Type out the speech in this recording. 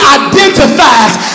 identifies